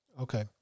Okay